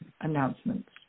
announcements